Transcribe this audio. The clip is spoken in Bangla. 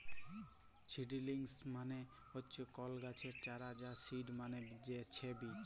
ছিডিলিংস মানে হচ্যে কল গাছের চারা আর সিড মালে ছে বীজ